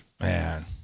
Man